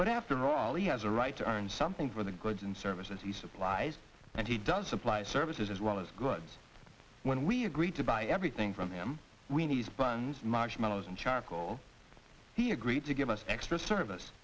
but after all he has a right to earn something for the goods and services he supplies and he does supply services as well as good when we agree to buy everything from him when he's buns marshmallows and charcoal he agreed to give us extra service